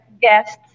guests